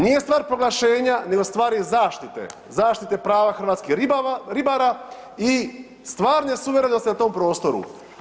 Nije stvar proglašenja nego stvar je zaštite, zaštite prava hrvatskih ribara i stvarne suverenosti na tom prostoru.